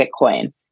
Bitcoin